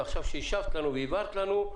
ועכשיו כשהשבת לנו והבהרת לנו,